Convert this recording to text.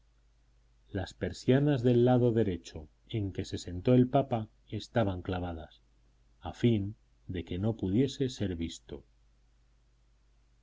las persianas del lado derecho en que se sentó el papa estaban clavadas a fin de que no pudiese ser visto